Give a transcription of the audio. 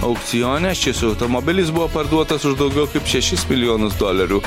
aukcione šis automobilis buvo parduotas už daugiau kaip šešis milijonus dolerių